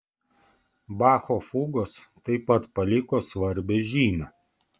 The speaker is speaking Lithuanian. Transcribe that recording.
bacho fugos taip pat paliko svarbią žymę